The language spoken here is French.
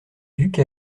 ducs